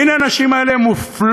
והנה, הנשים האלה מופלות.